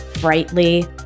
brightly